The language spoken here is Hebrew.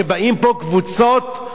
שקבוצה מוסלמית,